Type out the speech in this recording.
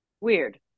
Weird